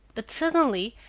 but suddenly,